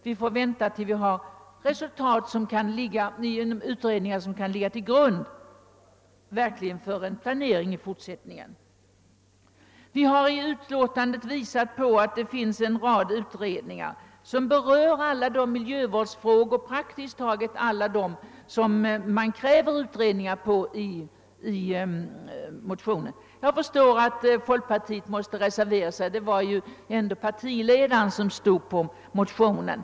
Vi får vänta till dess vi fått utredningsresultat som kan ligga till grund för den fortsatta planeringen. Vi har i utskottets utlåtande framhållit att en hel rad utredningar nu arbetar med praktiskt taget alla de miljövårdsfrågor som man kräver utredningar om i de motioner det här gäller. Jag förstår att folkpartiets representanter måste reservera sig — det var ju ändå partiledaren som stod som första namn under motionen.